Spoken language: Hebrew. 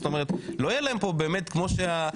זאת אומרת לא יהיה להם פה באמת כמו שה,